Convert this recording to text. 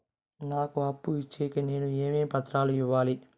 నాకు అప్పు ఇచ్చేకి నేను ఏమేమి పత్రాలు ఇవ్వాలి